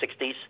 60s